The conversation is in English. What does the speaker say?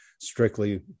strictly